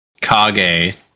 Kage